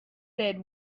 said